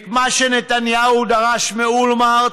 את מה שנתניהו דרש מאולמרט